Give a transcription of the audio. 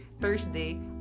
Thursday